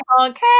Okay